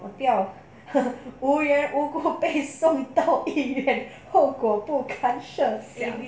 我不要 无缘无故被送到医院后果不堪设想